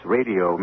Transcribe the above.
Radio